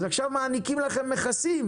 אז עכשיו מעניקים לכם מכסים,